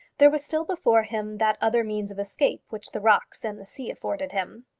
there was still before him that other means of escape which the rocks and the sea afforded him.